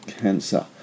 cancer